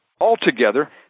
altogether